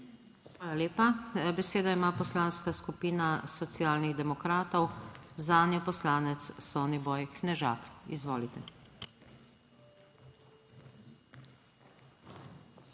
Hvala lepa. Besedo ima Poslanska skupina Socialnih demokratov, zanjo kolega Soniboj Knežak. Izvolite.